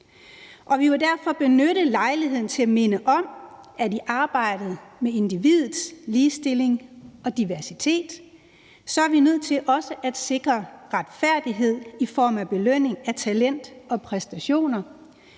vi vil derfor benytte lejligheden til at minde om, at vi i arbejdet med individets ligestilling og diversitet også er nødt til at sikre retfærdighed i form af belønning af talent og præstationer,